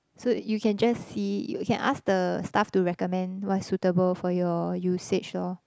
so you can just see you can ask the staff to recommend what is suitable for your usage lor